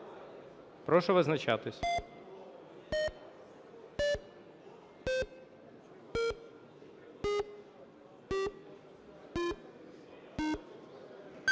Прошу визначатися.